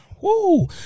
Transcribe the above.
Woo